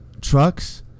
trucks